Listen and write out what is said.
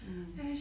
mm